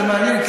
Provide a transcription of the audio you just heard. זה מעניין,